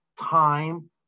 time